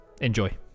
Enjoy